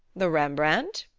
the rembrandt?